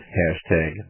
hashtag